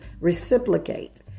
reciprocate